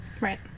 Right